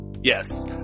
Yes